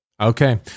Okay